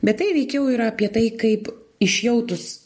bet tai veikiau yra apie tai kaip išjautus